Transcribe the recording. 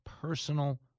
personal